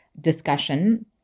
discussion